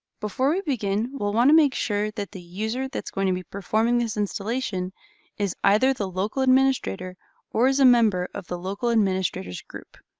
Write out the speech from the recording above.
before we begin, we'll want to make sure that the user that's going to be performing this installation is either the local administrator or is a member of the local administrator's group.